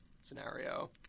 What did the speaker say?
scenario